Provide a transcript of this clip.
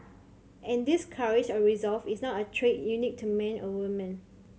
and this courage or resolve is not a trait unique to men or women